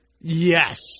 Yes